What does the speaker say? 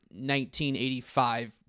1985